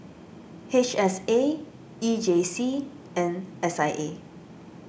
H S A E J C and S I A